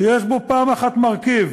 שיש בו פעם אחת מרכיב